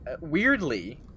weirdly